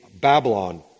Babylon